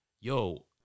Yo